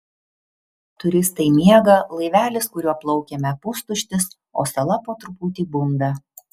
turistai miega laivelis kuriuo plaukėme pustuštis o sala po truputį bunda